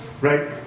Right